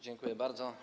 Dziękuję bardzo.